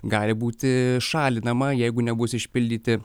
gali būti šalinama jeigu nebus išpildyti